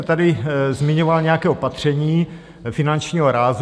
Vy jste tady zmiňoval nějaké opatření finančního rázu.